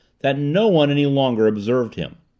that no one any longer observed him.